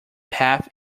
path